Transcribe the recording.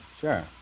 Sure